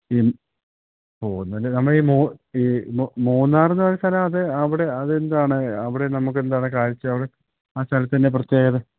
ഓ എന്നിട്ട് നമ്മളീ ഈ മൂന്നാറെന്നു പറയുന്ന സ്ഥലം അത് അവിടെ അതെന്താണ് അവിടെ നമുക്ക് എന്താണ് കാഴ്ച അവിടെ ആ സ്ഥലത്തിൻ്റ പ്രത്യേകത